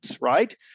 right